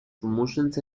promotions